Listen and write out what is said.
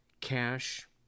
cash